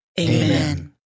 Amen